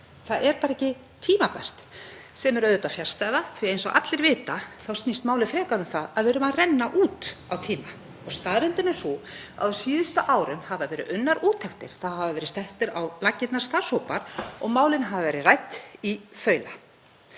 Það er bara ekki tímabært — sem er auðvitað fjarstæða því að eins og allir vita þá snýst málið frekar um það að við erum að renna út á tíma. Staðreyndin er sú að á síðustu árum hafa verið unnar úttektir, það hafa verið settir á laggirnar starfshópar og málin hafa verið rædd í þaula.